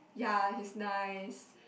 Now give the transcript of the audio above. ya he's nice